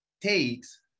takes